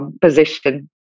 position